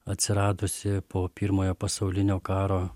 atsiradusi po pirmojo pasaulinio karo